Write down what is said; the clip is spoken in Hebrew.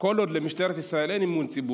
כל עוד למשטרת ישראל אין אמון ציבור